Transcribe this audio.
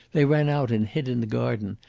they ran out and hid in the garden,